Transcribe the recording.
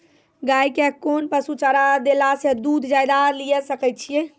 गाय के कोंन पसुचारा देला से दूध ज्यादा लिये सकय छियै?